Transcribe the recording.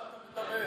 על מה אתה מדבר?